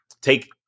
take